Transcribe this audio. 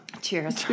Cheers